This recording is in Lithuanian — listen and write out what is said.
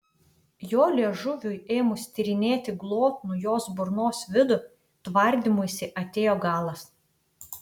jo liežuviui ėmus tyrinėti glotnų jos burnos vidų tvardymuisi atėjo galas